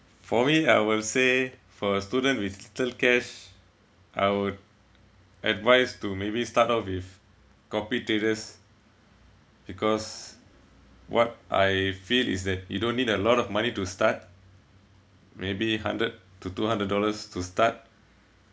for me I will say for student with little cash I would advice to maybe start off with copy traders because what I feel is that you don't need a lot of money to start maybe hundred to two hundred dollars to start